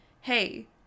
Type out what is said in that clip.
hey